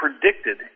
predicted